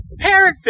Parrotfish